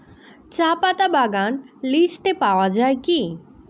চাপাতা বাগান লিস্টে পাওয়া যায় কি?